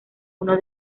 uno